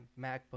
MacBook